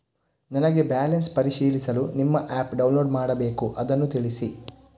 ನನಗೆ ಬ್ಯಾಲೆನ್ಸ್ ಪರಿಶೀಲಿಸಲು ನಿಮ್ಮ ಆ್ಯಪ್ ಡೌನ್ಲೋಡ್ ಮಾಡಬೇಕು ಅದನ್ನು ತಿಳಿಸಿ?